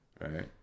Right